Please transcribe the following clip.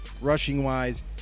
rushing-wise